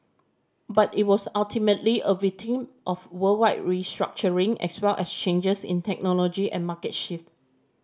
but it was ultimately a victim of worldwide restructuring as well as changes in technology and market shift